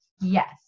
Yes